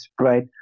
right